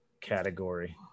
category